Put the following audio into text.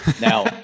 now